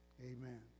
Amen